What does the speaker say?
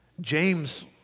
James